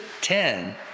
ten